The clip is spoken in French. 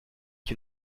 qui